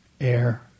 air